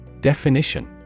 Definition